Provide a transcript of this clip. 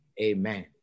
Amen